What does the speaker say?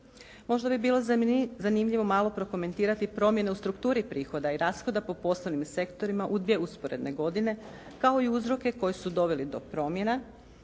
Možda bi bilo zanimljivo malo prokomentirati promjene u strukturi prihoda i rashoda po poslovnim sektorima u dvije usporedne godine kao i uzroke koji su doveli do promjena